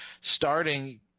starting